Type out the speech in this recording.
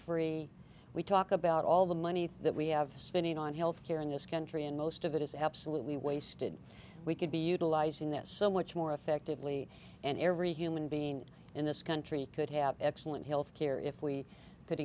free we talk about all the money that we have spending on health care and this country and most of it is absolutely wasted we could be utilizing this so much more effectively and every human being in this country could have excellent health care if we could